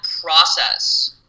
process